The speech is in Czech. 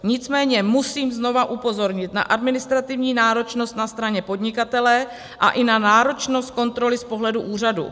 Nicméně musím znovu upozornit na administrativní náročnost na straně podnikatele a i na náročnost kontroly z pohledu úřadu.